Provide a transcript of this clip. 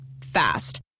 Fast